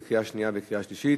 לקריאה שנייה ולקריאה שלישית.